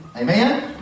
Amen